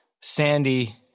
Sandy